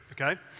Okay